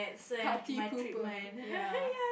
party pooper ya